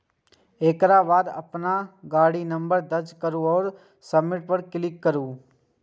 एकर बाद अपन गाड़ीक नंबर दर्ज करू आ सबमिट पर क्लिक करू